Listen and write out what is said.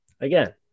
Again